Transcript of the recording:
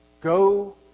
go